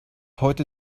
heute